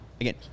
Again